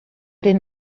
den